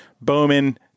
Bowman